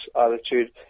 attitude